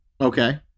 Okay